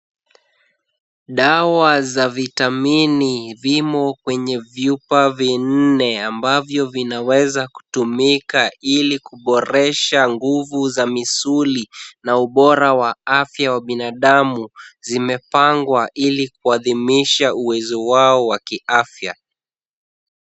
Dawa za vitamini vimo kwenye viuma vinne ambavyo vinaweza kutumika ili kuboresha nguvu za misuli na ubora wa afya ya binadamu, zimepangwa ili kuadhimisha uwezo wao wa kiafya.